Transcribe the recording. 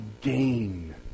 gain